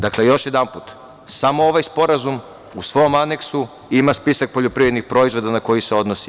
Dakle, još jedanput, samo ovaj sporazum u svom aneksu ima spisak poljoprivrednih proizvoda na koji se odnosi.